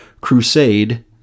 crusade